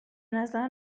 نظر